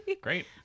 Great